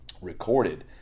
recorded